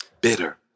Bitter